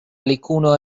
alicuno